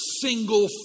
single